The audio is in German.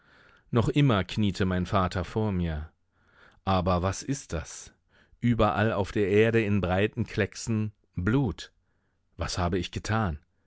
noch immer kniete mein vater vor mir aber was ist das überall auf der erde in breiten klecksen blut was habe ich getan